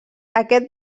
aquest